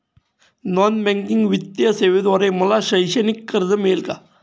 Non banking वित्तीय सेवेद्वारे मला शैक्षणिक कर्ज मिळेल का?